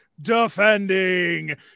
defending